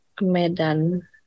Medan